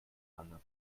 wange